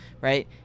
right